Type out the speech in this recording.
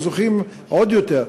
הזוכים עוד יותר,